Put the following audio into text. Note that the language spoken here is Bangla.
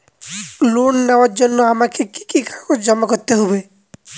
লোন নেওয়ার জন্য আমাকে কি কি কাগজ জমা করতে হবে?